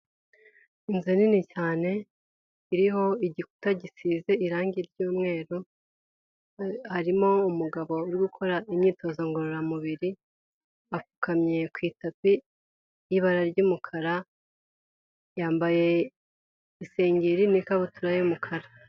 Inzu nini cyane iriho igikuta gisize irangi ry'umweru harimo umugabo uri gukora imyitozo ngororamubiri apfukamye ku itapi y'ibara ry'umukara yambaye isengeri n'ikabutura y'umukara.